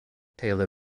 taylor